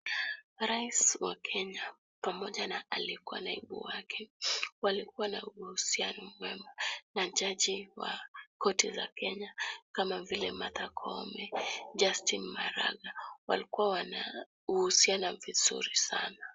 Rais wa Kenya na pamoja na naibu wake walikuwa na uhusiano mwema na jaji wa korti la Kenya kama vile Martha Koome, Justin Maraga walikuwa wanahusiana vizuri sana.